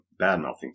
badmouthing